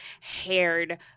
haired